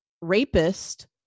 rapist